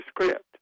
script